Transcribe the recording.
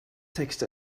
text